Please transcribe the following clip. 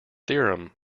theorem